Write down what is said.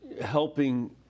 helping